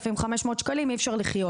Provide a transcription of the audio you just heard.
אי אפשר לחיות